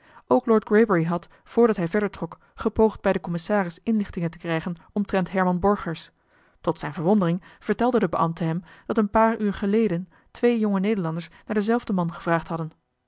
ook lord greybury had voordat hij verder trok gepoogd bij den commissaris inlichtingen te krijgen omtrent herman borgers tot zijne verwondering vertelde de beambte hem dat een paar uur geleden twee jonge nederlanders naar den zelfden man gevraagd hadden